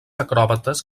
acròbates